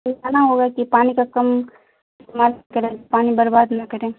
سکھانا ہوگا کہ پانی کا کم کریں پانی برباد نہ کریں